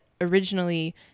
originally